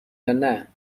یانه